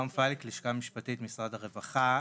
מהלשכה המשפטית משרד הרווחה.